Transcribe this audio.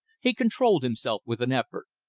he controlled himself with an effort.